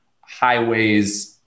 highways